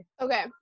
okay